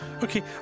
Okay